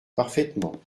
parfaitement